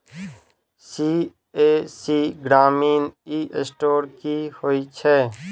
CSC ग्रामीण e store की होइ छै?